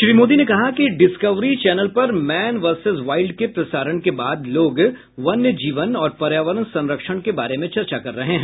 श्री मोदी ने कहा कि डिस्कवरी चैनल पर मैन वर्सेस वाइल्ड के प्रसारण के बाद लोग वन्यजीवन और पर्यावरण संरक्षण के बारे में चर्चा कर रहे हैं